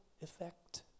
effect